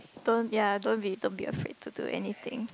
don't ya don't be don't be afraid to do anything